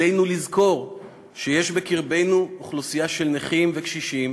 עלינו לזכור שיש בקרבנו אוכלוסייה של נכים וקשישים